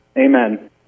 Amen